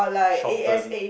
shorten